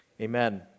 Amen